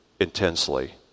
Intensely